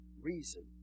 reason